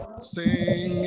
sing